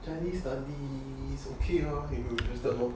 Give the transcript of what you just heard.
chinese studies okay ah if you interested lor